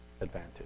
advantage